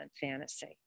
fantasy